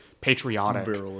patriotic